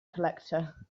collector